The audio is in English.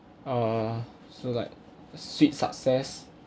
err so like sweet success